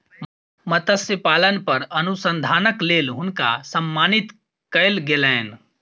मत्स्य पालन पर अनुसंधानक लेल हुनका सम्मानित कयल गेलैन